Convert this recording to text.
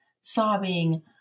sobbing